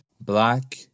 Black